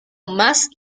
más